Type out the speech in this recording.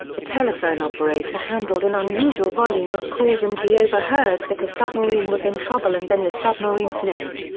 a telephone operator handled an unusual volume of calls and she overheard that a submarine was in trouble and then the submarine's name.